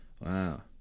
Wow